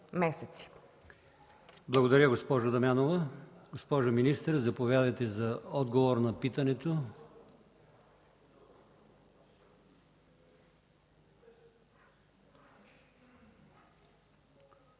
Благодаря, госпожо Дамянова. Госпожо министър, заповядайте за отговор на питането. МИНИСТЪР